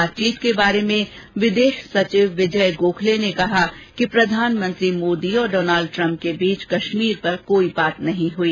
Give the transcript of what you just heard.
बातचीत के बारे में विदेश सचिव विजय गोखले ने कहा कि प्रधानमंत्री मोदी और डॉनाल्ड ट्रंप के बीच कश्मीर पर कोई बात नहीं हुई